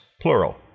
plural